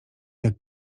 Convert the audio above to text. jak